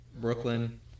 Brooklyn